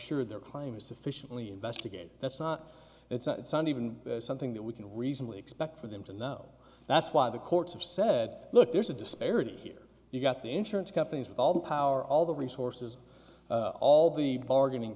sure their claim is sufficiently investigated that's not it's not sunny even something that we can reasonably expect for them to know that's why the courts have said look there's a disparity here you've got the insurance companies with all the power all the resources all the bargaining